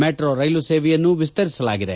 metro ರೈಲು ಸೇವೆಯನ್ನು ವಿಸ್ತರಿಸಲಾಗಿದೆ